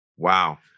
Wow